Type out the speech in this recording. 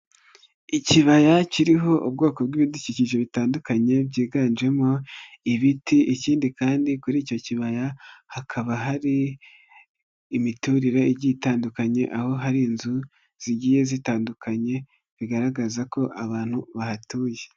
Ikibaya kiriho ubwoko bw'ibidukikije bitandukanye byiganjemo ibiti, ikindi kandi kuri icyo kibaya hakaba hari imiturire igiye itandukanye, aho hari inzu zigiye zitandukanye, bigaragaza ko abantu bahatuye.